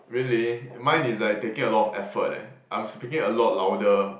really mine is like taking a lot of effort eh I am speaking a lot louder